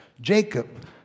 Jacob